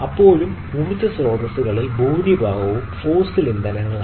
ഇപ്പോഴും ഊർജ്ജ സ്രോതസ്സുകളിൽ ഭൂരിഭാഗവും ഫോസിൽ ഇന്ധനങ്ങളാണ്